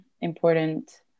important